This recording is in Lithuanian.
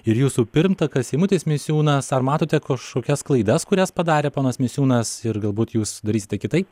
ir jūsų pirmtakas eimutis misiūnas ar matote kažkokias klaidas kurias padarė ponas misiūnas ir galbūt jūs darysite kitaip